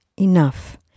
Enough